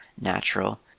natural